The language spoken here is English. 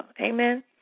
Amen